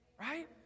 right